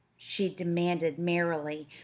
she demanded merrily,